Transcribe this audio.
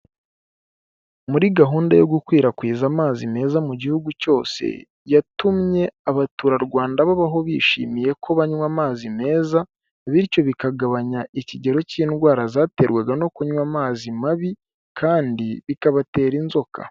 Muri gahunda yo gukwirakwiza amazi meza mu gihugu cyose, yatumye abaturarwanda babaho bishimiye ko banywa amazi meza, bityo bikagabanya ikigero cy'indwara zaterwaga no kunywa amazi mabi kandi bikabatera inzoka.